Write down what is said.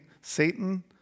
Satan